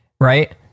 right